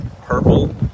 purple